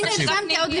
אני שקוף איתכם.